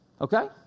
Okay